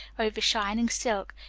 over shining silk,